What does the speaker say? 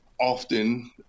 often